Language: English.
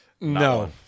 No